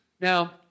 Now